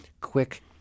quick